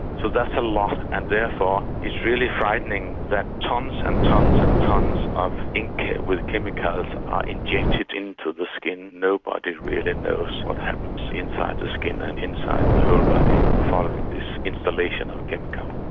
so that's a lot and therefore it's really frightening that tonnes and tonnes and tonnes of ink with chemicals are injected into the skin, and nobody really knows what happens inside the skin and inside the whole body following this installation of chemicals.